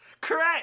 Correct